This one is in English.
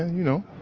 you know.